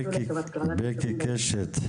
בקי קשת,